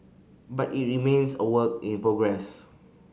but it remains a work in progress